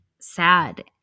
sad